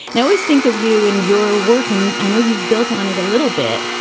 now, always think of you in your work. and i know you've built on it a little bit,